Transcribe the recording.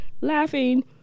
Laughing